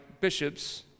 bishops